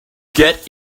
get